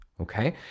okay